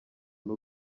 n’u